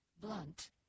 Blunt